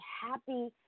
happy